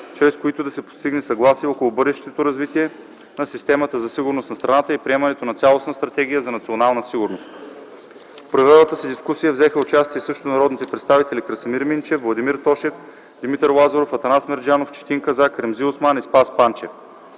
чрез които да се постигне съгласие около бъдещото развитие на системата за сигурност на страната и приемането на цялостна Стратегия за национална сигурност. В провелата се дискусия взеха участие също народните представители Красимир Минчев, Владимир Тошев, Димитър Лазаров, Атанас Мерджанов, Четин Казак, Ремзи Осман и Спас Панчев.